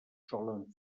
solen